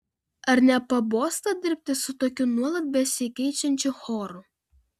ar nepabosta dirbti su tokiu nuolat besikeičiančiu choru